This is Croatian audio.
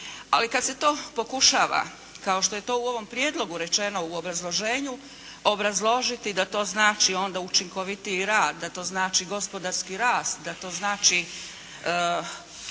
Ali kad se to pokušava kao što je to u ovom prijedlogu rečeno u obrazloženju obrazložiti da to znači onda učinkovitiji rad, da to znači gospodarski rast, da to znači